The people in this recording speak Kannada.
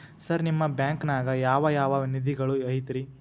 ಸರ್ ನಿಮ್ಮ ಬ್ಯಾಂಕನಾಗ ಯಾವ್ ಯಾವ ನಿಧಿಗಳು ಐತ್ರಿ?